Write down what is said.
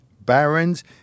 barons